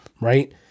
right